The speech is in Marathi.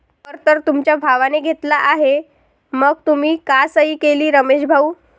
कर तर तुमच्या भावाने घेतला आहे मग तुम्ही का सही केली रमेश भाऊ?